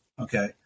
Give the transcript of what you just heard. okay